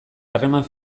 harremana